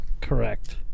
Correct